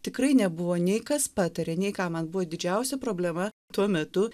tikrai nebuvo nei kas pataria nei ką man buvo didžiausia problema tuo metu